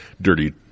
dirty